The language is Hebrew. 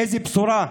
איזו בשורה,